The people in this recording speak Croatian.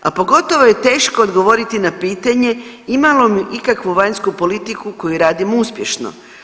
A pogotovo je teško odgovoriti na pitanje imamo li ikakvu vanjsku politiku koju radimo uspješno?